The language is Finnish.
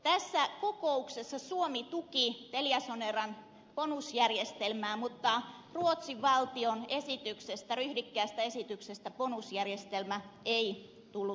tässä kokouksessa suomi tuki teliasoneran bonusjärjestelmää mutta ruotsin valtion ryhdikkäästä esityksestä bonusjärjestelmä ei tullut voimaan